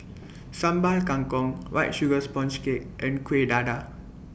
Sambal Kangkong White Sugar Sponge Cake and Kuih Dadar